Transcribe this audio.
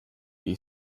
you